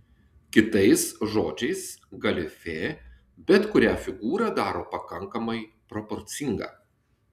kitais žodžiais galifė bet kurią figūrą daro pakankamai proporcinga